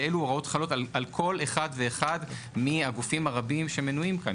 ואילו הוראות חלות על כל אחד ואחד מהגופים הרבים שמנויים כאן,